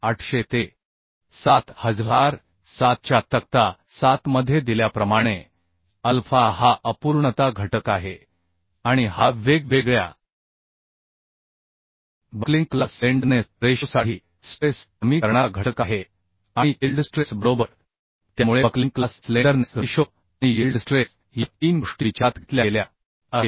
800 ते 7007 च्या तक्ता 7 मध्ये दिल्याप्रमाणे अल्फा हा अपूर्णता घटक आहे आणि हा वेगवेगळ्या बक्लिंग क्लास स्लेंडरनेस रेशोसाठी स्ट्रेस कमी करणारा घटक आहे आणि ईल्ड स्ट्रेस बरोबर त्यामुळे बक्लिंग क्लास स्लेंडरनेस रेशो आणि यील्ड स्ट्रेस या तीन गोष्टी विचारात घेतल्या गेल्या आहेत